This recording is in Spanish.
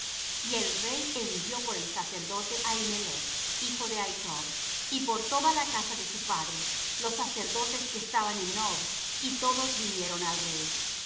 y el rey envió por el sacerdote ahimelech hijo de ahitob y por toda la casa de su padre los sacerdotes que estaban en nob y todos vinieron al rey